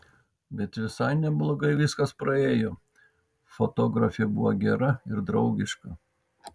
bet visai neblogai viskas praėjo fotografė buvo gera ir draugiška